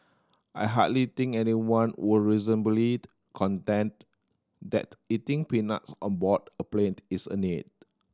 I hardly think anyone would reasonably contend that eating peanuts on board a plane is a need